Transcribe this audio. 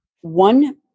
one